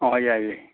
ꯑꯍꯣꯏ ꯌꯥꯏꯌꯦ